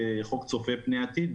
כחוק צופה פני עתיד,